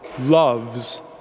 loves